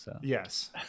Yes